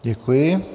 Děkuji.